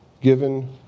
given